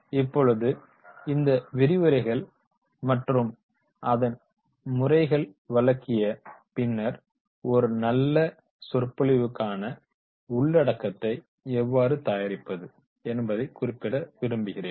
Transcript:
இப்பொழுது இந்த விரிவுரைகள் மற்றும் அதன் முறைகள் வழங்கிய பின்னர் ஒரு நல்ல சொற்பொழிவுகக்கான உள்ளடக்கத்தை எவ்வாறு தயாரிப்பது என்பதைக் குறிப்பிட விரும்புகிறேன்